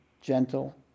gentle